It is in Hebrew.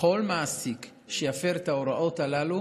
כל מעסיק שיפר את ההוראות הללו,